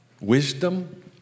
wisdom